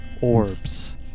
orbs